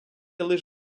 лиш